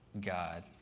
God